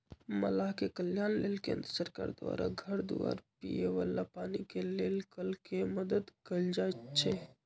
मलाह के कल्याण लेल केंद्र सरकार द्वारा घर दुआर, पिए बला पानी के लेल कल के मदद कएल जाइ छइ